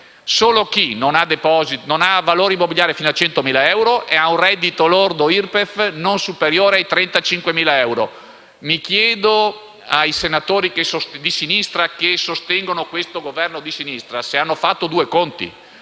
solo chi non ha proprietà immobiliari per un valore fino a 100.000 euro e ha un reddito lordo IRPEF non superiore ai 35.000 euro. Chiedo ai senatori di sinistra che sostengono questo Governo di sinistra se hanno fatto due conti: